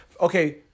okay